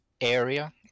area